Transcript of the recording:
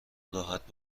راحت